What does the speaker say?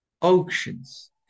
auctions